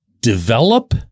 develop